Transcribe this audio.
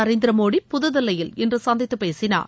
நரேந்திரமோடி புதுதில்லியில் இன்று சந்தித்துப் பேசினார்